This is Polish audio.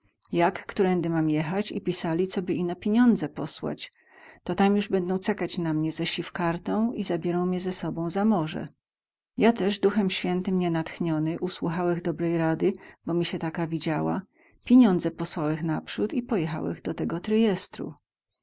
jak którędy mam jechać i pisali coby ino piniądze posłać to tam juz bedą cekać na mnie ze sifkartą i zabierą mie ze sobą na morze ja też duchem świętym nie natchniony usłuchałech dobrej rady bo mi sie taka widziała piniądze posłałech naprzód i pojechałech do tego tryjestru